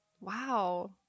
Wow